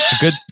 Good